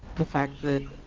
the fact that